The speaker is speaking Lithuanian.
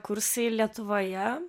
kursai lietuvoje